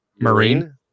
Marine